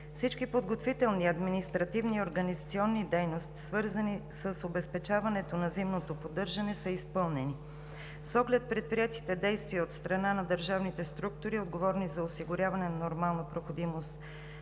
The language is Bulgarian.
Всички подготвителни, административни и организационни дейности, свързани с обезпечаването на зимното поддържане, са изпълнени. С оглед предприетите действия от страна на държавните структури, отговорни за осигуряване на нормална проходимост